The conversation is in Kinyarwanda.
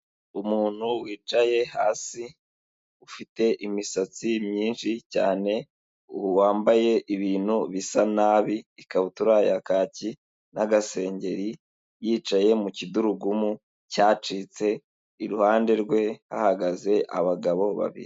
Umuntu wicaye hasi ufite imisatsi myinshi cyane wambaye ibintu bisa nabi ikabutura ya kaki n'agasengeri yicaye mu kidurugumu cyacitse iruhande rwe hagaze abagabo babiri.